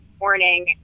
morning